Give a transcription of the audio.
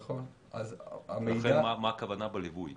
לכן מה הכוונה בליווי?